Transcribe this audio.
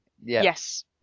Yes